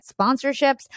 sponsorships